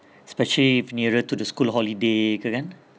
especially if nearer to the school holiday ke kan